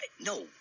No